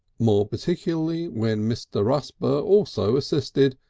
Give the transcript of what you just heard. more particularly when mr. rusper also assisted,